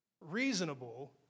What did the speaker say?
reasonable